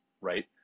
right